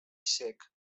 cec